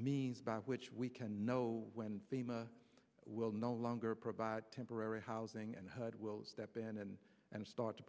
means by which we can know when bhima will no longer provide temporary housing and heard will step in and start to